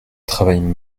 travaille